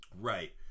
Right